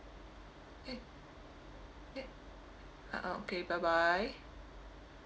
eh eh uh uh okay bye bye